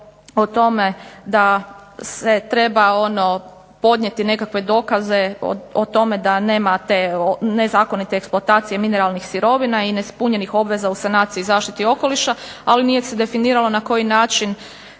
o tome da se treba podnijeti nekakve dokaze da nema te nezakonite eksploatacije mineralnih sirovina i neispunjenih obveza u sanaciji i zaštiti okoliša, ali se nije definiralo na koji način